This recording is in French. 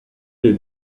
les